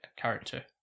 character